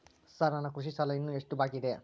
Sir ನನ್ನ ಕೃಷಿ ಸಾಲ ಇನ್ನು ಎಷ್ಟು ಬಾಕಿಯಿದೆ?